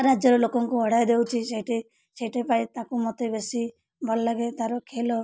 ରାଜ୍ୟର ଲୋକଙ୍କୁ ଅଡ଼ାଇ ଦଉଛି ସେଠି ସେଇଠି ପାଇଁ ତାକୁ ମୋତେ ବେଶୀ ଭଲ ଲାଗେ ତା'ର ଖେଳ